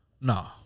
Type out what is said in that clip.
No